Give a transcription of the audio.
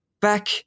Back